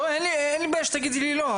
אין לי בעיה שתגידי לי 'לא',